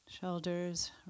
shoulders